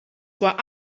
what